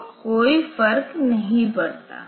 तो कोई फर्क नहीं पड़ता